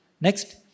Next